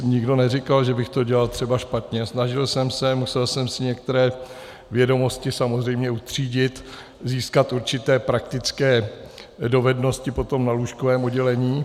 Nikdo neříkal, že bych to dělal špatně, snažil jsem se, musel jsem si některé vědomosti samozřejmě utřídit, získat určité praktické dovednosti na lůžkovém oddělení.